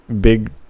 big